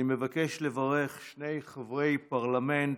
אני מבקש לברך שני חברי פרלמנט,